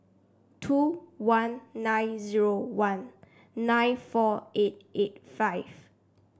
two one nine zero one nine four eight eight five